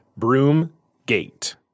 Broomgate